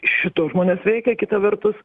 šituos žmones veikia kita vertus